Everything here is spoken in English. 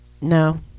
No